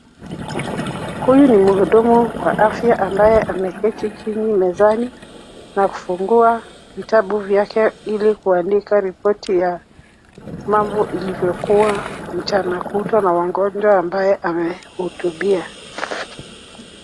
Huyu ni mhudumu wa afya ambaye ameketi chini mezani na kufungua vitabu vyake ili kuandika ripoti ya mambo ilivyokuwa mchana kutwa na wagonjwa ambaye amehudumia.